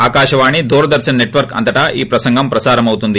Akashvani Doordarshan network అంతటా ఈ ప్రసంగం ప్రసారమవుతుంది